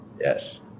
Yes